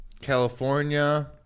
California